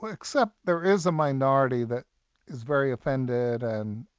but except there is a minority that is very offended. and